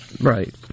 Right